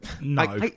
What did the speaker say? No